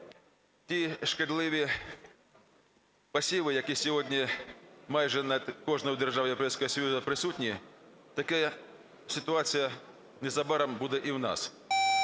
Ті шкідливі посіви, які сьогодні майже в кожній державі Європейського Союзу присутні, така ситуація незабаром буде і в нас.